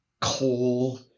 coal